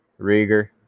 Rieger